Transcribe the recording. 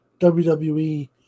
WWE